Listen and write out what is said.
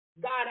God